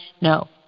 no